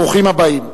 ברוכים הבאים.